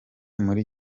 muri